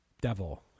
devil